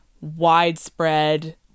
widespread